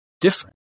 different